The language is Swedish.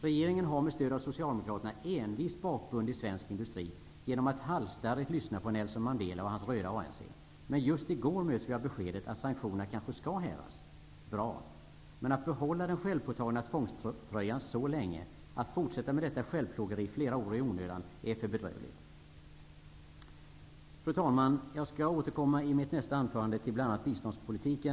Regeringen har med stöd av Socialdemokraterna envist bakbundit svensk industri genom att halsstarrigt lyssna på Nelson Mandela och hans röda ANC. Men just i går möttes vi av beskedet att sanktionerna kanske skall hävas. Det är bra. Men att behålla den självpåtagna tvångströjan så länge, och att fortsätta med detta självplågeri flera år i onödan, är för bedrövligt. Fru talman! Jag skall i mitt nästa anförande återkomma till biståndspolitiken.